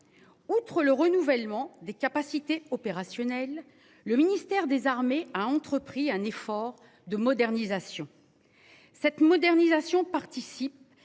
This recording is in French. Outre le renouvellement des capacités opérationnelles. Le ministère des Armées a entrepris un effort de modernisation. Cette modernisation participe